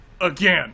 again